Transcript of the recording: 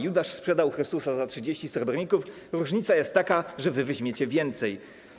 Judasz sprzedał Chrystusa za 30 srebrników, różnica jest taka, że wy weźmiecie więcej.